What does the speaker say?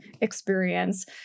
experience